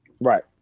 Right